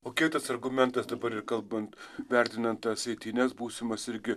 o kaip tas argumentas dabar ir kalbant vertinant tas eitynes būsimas irgi